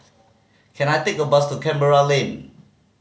can I take a bus to Canberra Lane